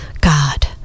God